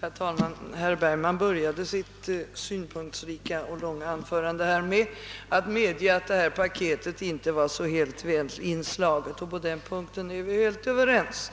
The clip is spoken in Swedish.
Herr talman! Herr Bergman började sitt synpunktsrika och långa anförande med att medge att detta paket inte var så helt väl inslaget. På den punkten är vi överens.